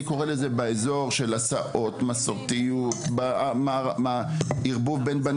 הסעות, מסורתיות, ערבוב בין בנים